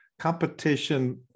competition